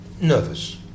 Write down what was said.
nervous